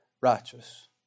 righteous